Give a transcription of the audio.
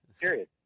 period